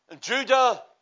Judah